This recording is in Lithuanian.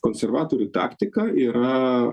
konservatorių taktika yra